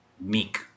Meek